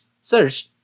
search